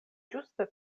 ĝuste